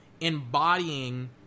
Embodying